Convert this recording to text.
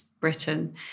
britain